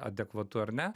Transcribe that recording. adekvatu ar ne